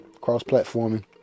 cross-platforming